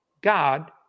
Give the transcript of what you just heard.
God